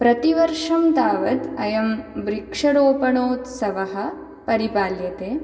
प्रतिवर्षं तावत् अयं वृक्षरोपणोत्सवः परिपाल्यते